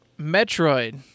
Metroid